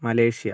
Malaysia